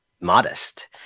modest